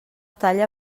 talla